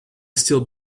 still